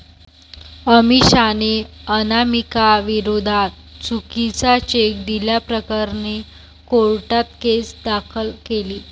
अमिषाने अनामिकाविरोधात चुकीचा चेक दिल्याप्रकरणी कोर्टात केस दाखल केली